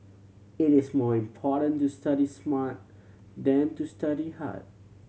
it is more important to study smart than to study hard